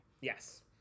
Yes